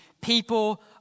people